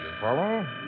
follow